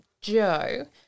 Joe